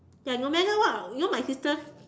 that no matter what you know my sisters